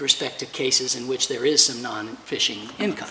respect to cases in which there is a non fishing income